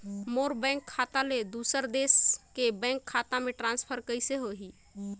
मोर bank खाता ले दुसर देश के बैंक खाता मे ट्रांसफर कइसे होही?